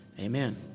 Amen